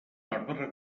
arbre